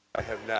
i have